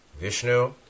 Vishnu